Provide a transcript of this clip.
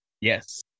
Yes